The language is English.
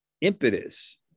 impetus